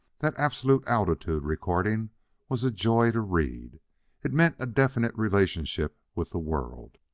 that absolute altitude recording was a joy to read it meant a definite relationship with the world.